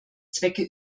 zwecke